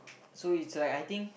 so it's like I think